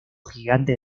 gigante